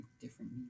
different